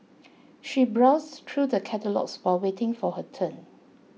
she browsed through the catalogues while waiting for her turn